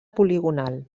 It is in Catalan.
poligonal